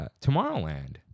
Tomorrowland